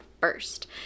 first